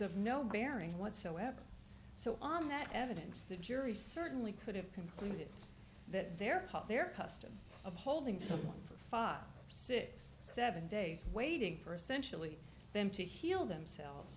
of no bearing whatsoever so on that evidence the jury certainly could have concluded that their their custom of holding someone for five six seven days waiting for essentially them to heal themselves